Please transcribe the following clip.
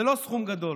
זה לא סכום גדול,